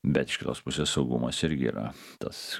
bet iš kitos pusės saugumas irgi yra tas